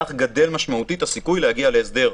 כך גדל משמעותית הסיכוי להגיע להסדר.